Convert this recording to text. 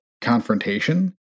confrontation